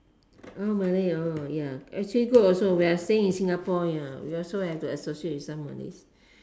orh Malay oh ya actually good also we are staying in Singapore ya we also have to associate with some Malays